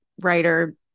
writer